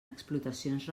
explotacions